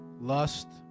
lust